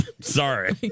Sorry